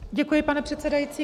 Děkuji, pane předsedající.